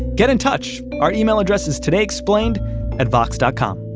get in touch. our email address is todayexplained at vox dot com